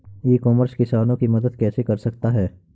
ई commerce किसानों की मदद कैसे कर सकता है?